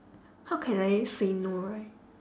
how can I say no right